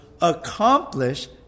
accomplish